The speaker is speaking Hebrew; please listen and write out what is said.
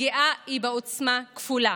הפגיעה היא בעוצמה כפולה: